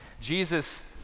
Jesus